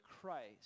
Christ